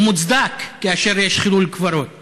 הוא מוצדק כאשר יש חילול קברות